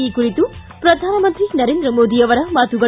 ಈ ಕುರಿತು ಪ್ರಧಾನಮಂತ್ರಿ ನರೇಂದ್ರ ಮೋದಿ ಅವರ ಮಾತುಗಳು